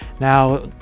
Now